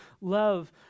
love